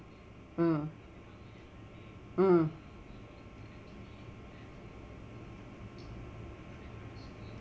mm mm